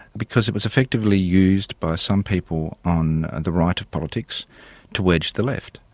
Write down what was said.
because it was effectively used by some people on the right of politics to wedge the left.